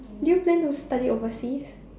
do you plan to study overseas